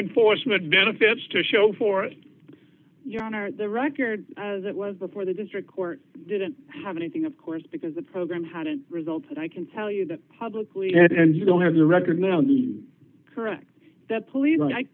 enforcement benefits to show for your honor the record as it was before the district court didn't have anything of course because the program how did result i can tell you that publicly and you don't have to recognize correct that